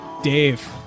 Dave